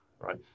right